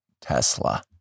Tesla